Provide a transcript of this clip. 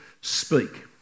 speak